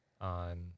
On